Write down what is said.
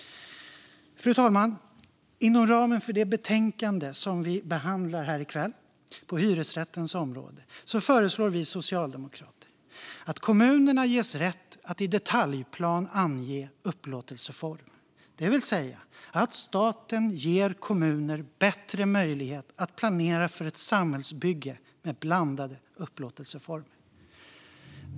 Fru talman! Inom ramen för det betänkande som vi behandlar här i kväll på hyresrättens område föreslår vi socialdemokrater att kommunerna ges rätt att i detaljplan ange upplåtelseform - det vill säga att staten ger kommuner bättre möjlighet att planera för ett samhällsbygge med blandade upplåtelseformer.